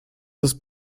ist